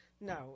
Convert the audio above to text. no